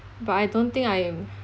but I don't think I'm